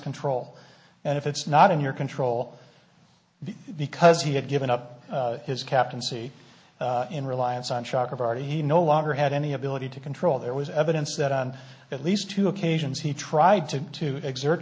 control and if it's not in your control because he had given up his captaincy in reliance on track of already he no longer had any ability to control there was evidence that on at least two occasions he tried to exert